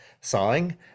sawing